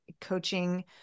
coaching